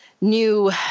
new